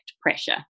pressure